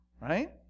right